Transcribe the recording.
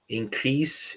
increase